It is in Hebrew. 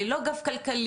ללא גב כלכלי,